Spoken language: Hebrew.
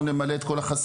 אנחנו נמלא את כל החסר.